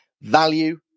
Value